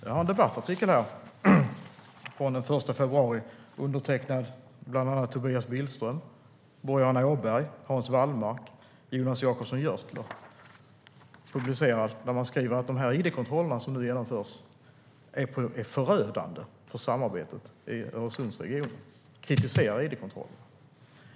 I en debattartikel från den 1 februari skriver bland andra Tobias Billström, Boriana Åberg, Hans Wallmark och Jonas Jacobsson Gjörtler att id-kontrollerna är förödande för samarbetet i Öresundsregionen.